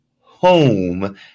home